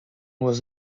was